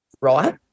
right